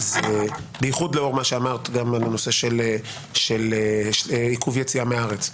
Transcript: בייחוד לאור מה שאמרת בנושא של עיכוב יציאה מהארץ.